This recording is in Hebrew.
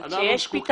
אבל כשיש פתרון,